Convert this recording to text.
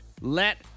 let